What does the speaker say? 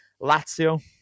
Lazio